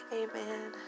amen